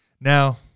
Now